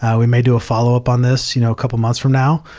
ah we may do a follow up on this, you know, a couple months from now,